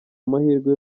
amahirwe